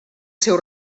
seu